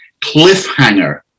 cliffhanger